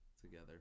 together